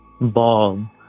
ball